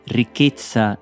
ricchezza